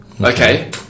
Okay